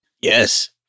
Yes